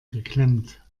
geklemmt